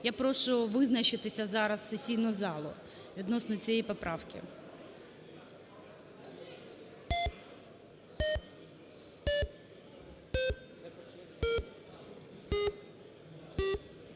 Я прошу визначитися зараз сесійну залу відносно цієї поправки.